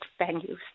venues